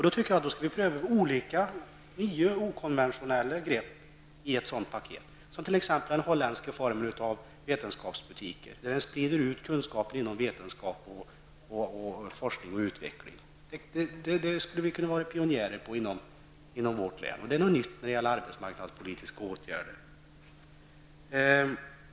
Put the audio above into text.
Då tycker jag att vi skall pröva nya och okonventionella grepp i detta paket, t.ex. den holländska formen av vetenskapsbutiker, som sprider ut kunskaper inom vetenskap och forskning och utveckling. Det skulle vi kunna vara pionjärer på inom vårt län. Det är något nytt när det gäller arbetsmarknadspolitiska åtgärder.